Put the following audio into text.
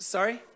Sorry